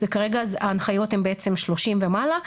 וכרגע ההנחיות הן בעצם 30 ומעלה,